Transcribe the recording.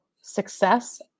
success